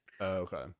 Okay